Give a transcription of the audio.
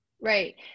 right